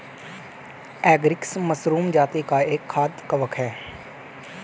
agaricus mushroom जाती का एक खाद्य कवक है